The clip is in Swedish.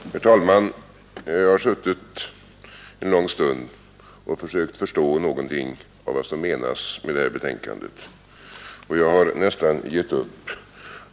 Herr talman! Jag har suttit en lång stund och försökt förstå någonting av vad som menas med det här betänkandet, och jag har nästan givit upp.